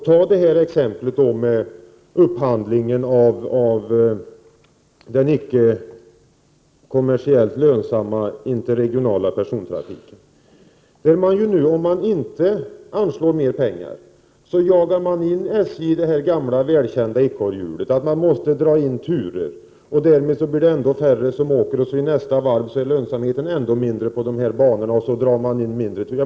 Ta t.ex. frågan om upphandlingen av den kommersiellt icke lönsamma interregionala persontrafiken. Om man inte anslår mer pengar, jagar man in SJi det gamla välkända ekorrhjulet. SJ måste då dra in turer. Därmed blir det ännu färre som reser. I nästa varv är lönsamheten ännu mindre på de här banorna, och då gör man ytterligare indragningar.